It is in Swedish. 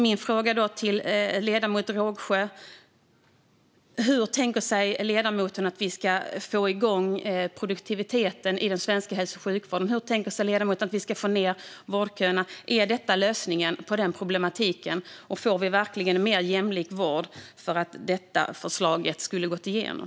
Mina frågor till ledamoten Rågsjö blir: Hur tänker sig ledamoten att vi ska få igång produktiviteten i den svenska hälso och sjukvården? Hur tänker sig ledamoten att vi ska få ned vårdköerna? Är detta lösningen på den problematiken? Får vi verkligen mer jämlik vård om detta förslag skulle gå igenom?